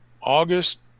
August